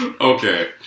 Okay